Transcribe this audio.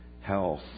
health